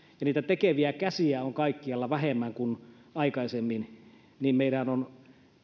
ja niitä tekeviä käsiä on kaikkialla vähemmän kuin aikaisemmin niin meidän on